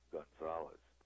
Gonzalez